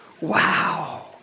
Wow